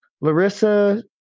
Larissa